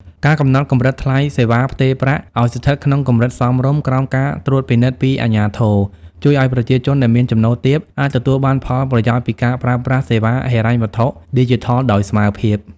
ការកំណត់កម្រិតថ្លៃសេវាផ្ទេរប្រាក់ឱ្យស្ថិតក្នុងកម្រិតសមរម្យក្រោមការត្រួតពិនិត្យពីអាជ្ញាធរ ជួយឱ្យប្រជាជនដែលមានចំណូលទាបអាចទទួលបានផលប្រយោជន៍ពីការប្រើប្រាស់សេវាហិរញ្ញវត្ថុឌីជីថលដោយស្មើភាព។